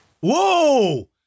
Whoa